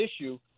issue